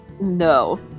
No